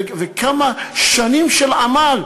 וכמה שנים של עמל,